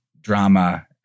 drama